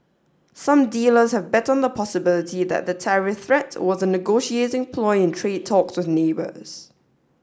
some dealers have bet on the possibility that the tariff threat was a negotiating ploy in trade talks with neighbours